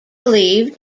believed